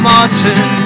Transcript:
Martin